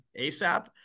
asap